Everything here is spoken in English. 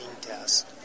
test